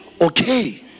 okay